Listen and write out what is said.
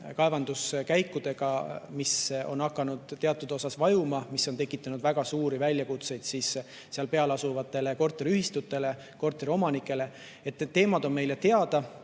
kaevanduskäikude pärast, mis on hakanud teatud osas vajuma ja mis on tekitanud väga suuri väljakutseid seal peal asuvatele korteriühistutele, korteriomanikele. Need teemad on meile teada,